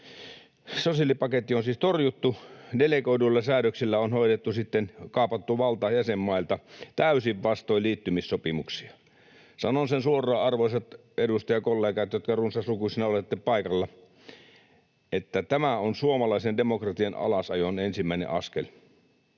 Sosiaalipaketti on siis torjuttu. Delegoiduilla säädöksillä on sitten kaapattu valta jäsenmailta täysin vastoin liittymissopimuksia. Sanon sen suoraan, arvoisat edustajakollegat, jotka runsaslukuisina olette paikalla, että tämä on suomalaisen demokratian alasajon ensimmäinen askel.